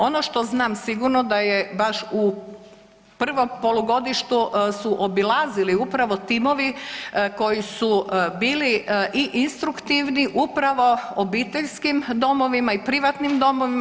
Ono što znam sigurno da je baš u prvom polugodištu su obilazili upravo timovi koji su bili i instruktivni upravo obiteljskim domovima i privatnim domovima.